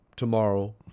Tomorrow